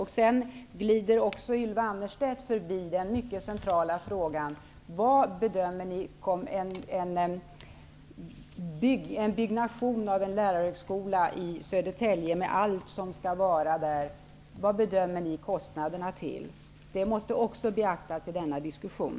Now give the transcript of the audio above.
Ylva Annerstedt glider förbi den mycket centrala frågan: Vad bedömer ni kostnaderna till för byggandet av en lärarhögskola i Södertälje med allt som hör till? Det måste också beaktas i denna diskussion.